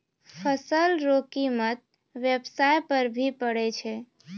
फसल रो कीमत व्याबसाय पर भी पड़ै छै